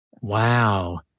Wow